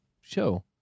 show